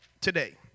today